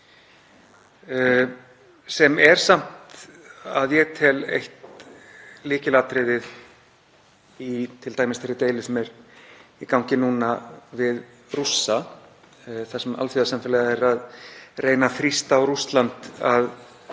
sem er samt, að ég tel, eitt lykilatriði í þeirri deilu sem nú er í gangi við Rússa þar sem alþjóðasamfélagið er að reyna að þrýsta á Rússa að